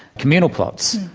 communal plots,